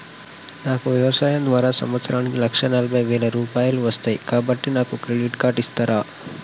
నాకు వ్యవసాయం ద్వారా సంవత్సరానికి లక్ష నలభై వేల రూపాయలు వస్తయ్, కాబట్టి నాకు క్రెడిట్ కార్డ్ ఇస్తరా?